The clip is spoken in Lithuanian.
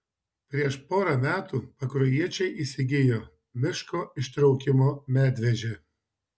prieš pora metų pakruojiečiai įsigijo miško ištraukimo medvežę